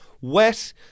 Wet